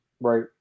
Right